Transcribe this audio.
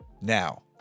Now